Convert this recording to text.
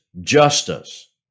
justice